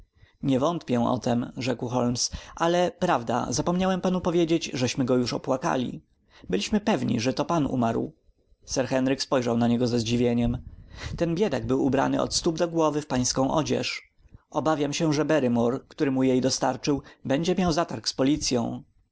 nie wątpię o tem rzekł holmes ale prawda zapomniałem panu powiedzieć żeśmy go już opłakali byliśmy pewni że to pan umarł sir henryk spojrzał na niego ze zdziwieniem ten biedak był ubrany od stóp do głowy w pańską odzież obawiam się że barrymore który mu jej dostarczył będzie miał zatarg z policyą